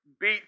beat